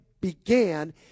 began